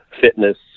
fitness